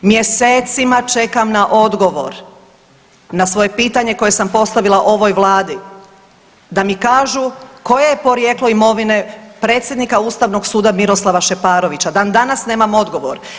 Mjesecima čekam na odgovor, na svoje pitanje koje sam postavila ovoj vladi, da mi kažu koje je porijeklo imovine predsjednika Ustavnog suda, Miroslava Šeparovića, dan danas nemam odgovor.